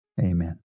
Amen